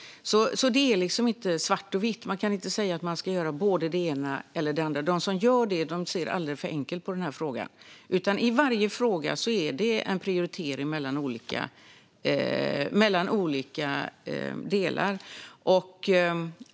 Det är liksom inte svartvitt. Man kan inte säga att man ska göra det ena eller det andra. De som gör det ser alldeles för enkelt på frågan. I varje fråga är det en prioritering mellan olika delar.